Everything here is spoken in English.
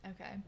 okay